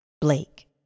Blake